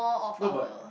no but